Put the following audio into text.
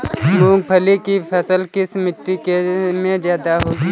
मूंगफली की फसल किस मिट्टी में ज्यादा होगी?